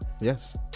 Yes